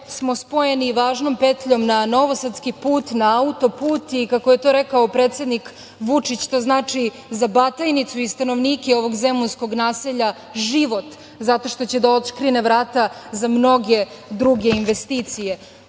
smo spojeni važnom petljom na novosadski put, na autoput, i kako je to rekao predsednik Vučić, to znači za Batajnicu i stanovnike ovog zemunskog naselja život zato što će da otškrine vrata za mnoge druge investicije.